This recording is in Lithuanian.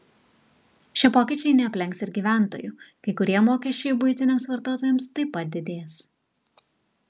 šie pokyčiai neaplenks ir gyventojų kai kurie mokesčiai buitiniams vartotojams taip pat didės